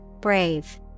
brave